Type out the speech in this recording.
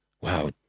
wow